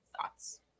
thoughts